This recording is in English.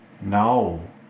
No